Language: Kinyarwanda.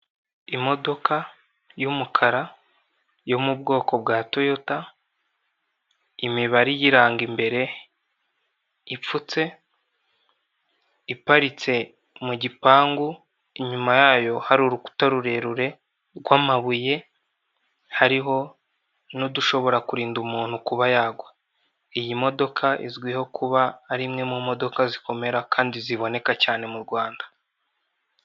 Imodoka y'umukara yo mu bwoko bwa toyota, imibare iyiranga imbere ipfutse, iparitse mu gipangu, inyuma yayo hari urukuta rurerure rw'amabuye, hariho n'udushobora kurinda umuntu kuba yagwa. Iyi modoka izwiho kuba ari imwe mu modoka zikomera kandi ziboneka cyane mu Rwanda.